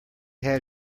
had